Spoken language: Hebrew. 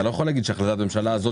אתה לא יכול להגיד שהחלטת הממשלה הזאת